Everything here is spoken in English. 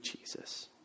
Jesus